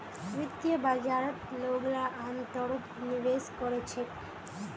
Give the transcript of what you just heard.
वित्तीय बाजारत लोगला अमतौरत निवेश कोरे छेक